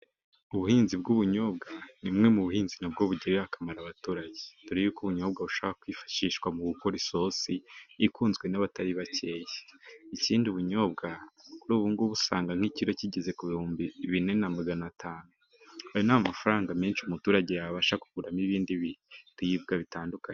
Ubuhinzi bw'ubunyobwa nibumwe mu buhinzi nabwo bugirira akamaro abaturage, dore y'uko ubunyobwa bushobora kwifashishwa mu gukora isosi ikunzwe n'abatari bakeya. Ikindi ubunyobwa kuri ubungubu usanga nk'ikiro kigeze ku bihumbi bine na magana gatanu, ayo n'amafaranga menshi umuturage yabasha kuguramo ibindi biribwa bitandukanye.